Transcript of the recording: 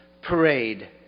Parade